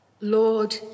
Lord